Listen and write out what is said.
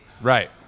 Right